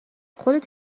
خودت